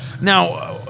Now